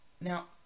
Now